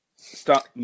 stop